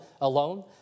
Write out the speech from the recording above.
alone